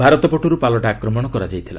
ଭାରତ ପଟରୁ ପାଲଟା ଆକ୍ରମଣ କରାଯାଇଥିଲା